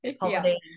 holidays